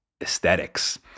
aesthetics